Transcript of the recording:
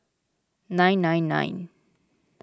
nine nine nine